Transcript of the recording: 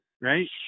right